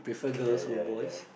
uh ya ya